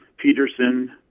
Peterson